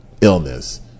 illness